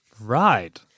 Right